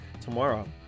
tomorrow